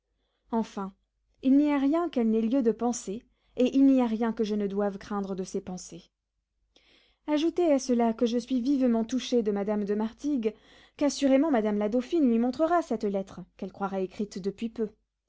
enfin il n'y a rien qu'elle n'ait lieu de penser et il n'y a rien que je ne doive craindre de ses pensées ajoutez à cela que je suis vivement touché de madame de martigues qu'assurément madame la dauphine lui montrera cette lettre qu'elle croira écrite depuis peu